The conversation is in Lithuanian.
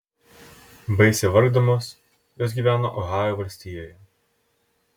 baisiai vargdamos jos gyveno ohajo valstijoje